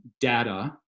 data